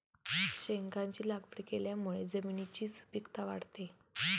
शेंगांची लागवड केल्यामुळे जमिनीची सुपीकता वाढते